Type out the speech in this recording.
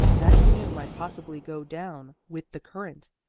that canoe might possibly go down with the current,